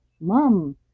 mom